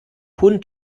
hund